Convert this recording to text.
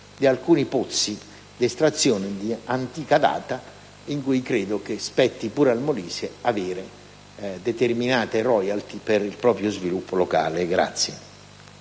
di alcuni pozzi di estrazione di antica data. Credo spetti anche al Molise avere determinate *royalty* per il proprio sviluppo locale.